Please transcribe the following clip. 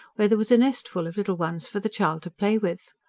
where there was a nestful of little ones for the child to play with.